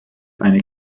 eine